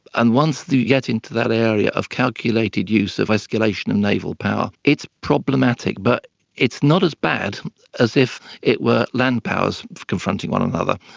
and once you get into that area of calculated use of escalation and naval power, it's problematic. but it's not as bad as if it were land powers confronting one another.